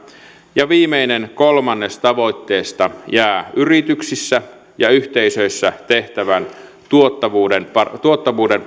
ja viimeinen kolmannes tavoitteesta jää yrityksissä ja yhteisöissä tehtävän tuottavuuden tuottavuuden